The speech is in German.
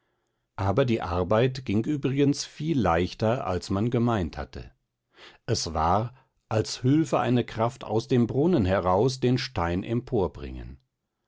aber die arbeit ging übrigens viel leichter als man gemeint hatte es war als hülfe eine kraft aus dem brunnen heraus den stein